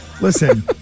Listen